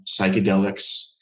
psychedelics